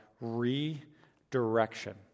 redirection